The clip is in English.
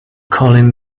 calling